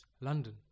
London